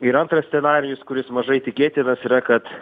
ir antras scenarijus kuris mažai tikėtinas yra kad